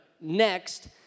next